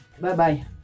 Bye-bye